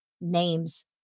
names